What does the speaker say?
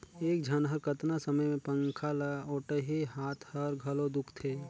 एक झन ह कतना समय ले पंखा ल ओटही, हात हर घलो दुखते